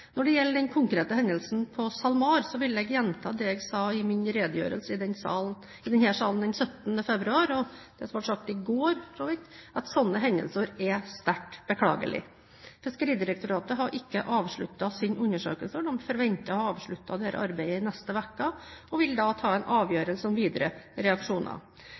Når det gjelder den konkrete hendelsen på SalMar, vil jeg gjenta det jeg sa i min redegjørelse i denne sal den 17. februar – og for så vidt i går – at slike hendelser er sterkt beklagelige. Fiskeridirektoratet har ikke avsluttet sine undersøkelser. De forventer å ha avsluttet dette arbeidet neste uke og vil da ta en avgjørelse om videre reaksjoner.